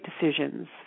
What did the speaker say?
decisions